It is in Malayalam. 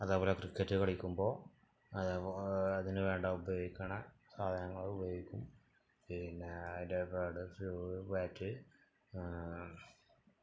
അതേപോലെ ക്രിക്കറ്റ് കളിക്കുമ്പോള് അതിനുവേണ്ട ഉപയോഗിക്കുന്ന സാധങ്ങള് ഉപയോഗിക്കും പിന്നേ അതേ പാഡ് ഷൂവ് ബാറ്റ്